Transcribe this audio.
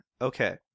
okay